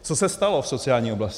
Co se stalo v sociální oblasti?